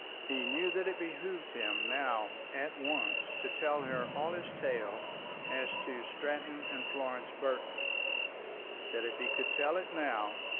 he knew that it behoved him now at once to tell her all his tale as to stratton and florence burton that if he could tell it now,